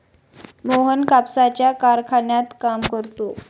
मोहन कापसाच्या कारखान्यात काम करतो